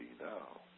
now